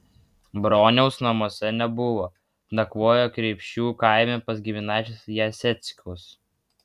broniaus namuose nebuvo nakvojo kreipšių kaime pas giminaičius jaseckus